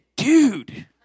Dude